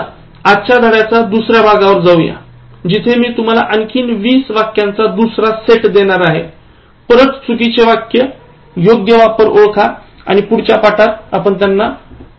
चला आजच्या धड्याच्या दुसर्या भागावर जाऊ जिथे मी तुला आणखीन 20 वाक्यांचा दुसरा सेट देणार आहे परत चुकीची वाक्य योग्य वापर ओळखा आणि पुढच्या पाठात त्या बरोबर करूयात